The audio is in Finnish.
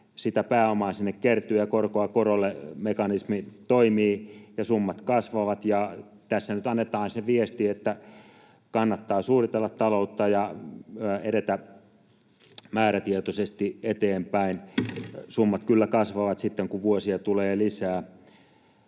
sitä pääomaa sinne kertyy ja korkoa korolle -mekanismi toimii ja summat kasvavat. Tässä nyt annetaan se viesti, että kannattaa suunnitella taloutta ja edetä määrätietoisesti eteenpäin. Summat kyllä kasvavat sitten, kun vuosia tulee lisää.